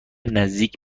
نزدیک